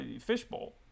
fishbowl